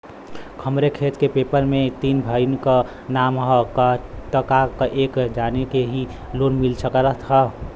हमरे खेत के पेपर मे तीन भाइयन क नाम ह त का एक जानी के ही लोन मिल सकत ह?